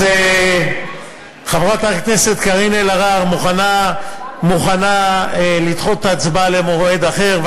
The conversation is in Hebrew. אז חברת הכנסת קארין אלהרר מוכנה לדחות את ההצבעה למועד אחר,